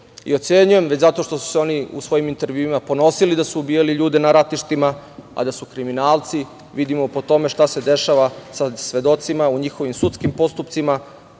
i ocenjujem već zato što su se oni u svojim intervjuima ponosili da su ubijali ljude na ratištima, a da su kriminalci vidimo po tome šta se dešava sa svedocima u njihovim sudskim postupcima